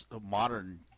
modern